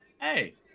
Hey